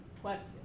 question